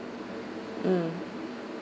mm